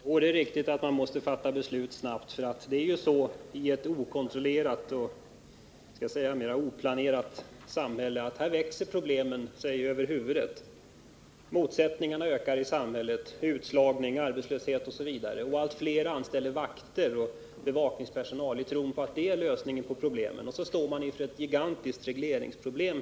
Fru talman! Det är riktigt att man måste fatta beslut snabbt. I ett okontrollerat och oplanerat samhälle växer problemen oss över huvudet, motsättningarna ökar i samhället, det blir en utslagning av människor, arbetslöshet osv. Allt fler anställer bevakningspersonal i tron att det är lösningen på problemen. Och så står vi plötsligt inför ett gigantiskt regleringsproblem.